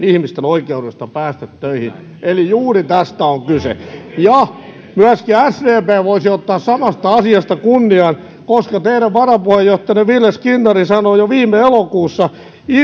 ihmisten oikeudesta päästä töihin eli juuri tästä on kyse ja myöskin sdp voisi ottaa samasta asiasta kunnian koska teidän varapuheenjohtajanne ville skinnari sanoi jo viime elokuussa